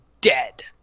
dead